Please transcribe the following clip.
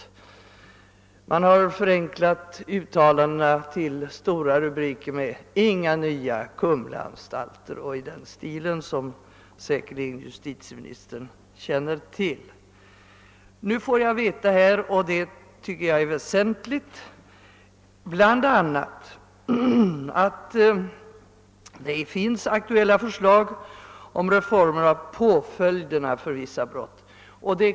Uttalandena har förenklats till stora rubriker, t.ex. »Inga nya Kumlaanstalter« och andra rubriker i samma stil, som justitieministern helt säkert känner till. Nu har jag fått reda på, och det tycker jag är väsentligt, att det finns aktuella förslag till reformer av påföljderna för vissa brott.